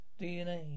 DNA